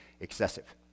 excessive